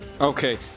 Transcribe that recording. Okay